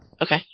Okay